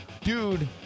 Dude